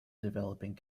developing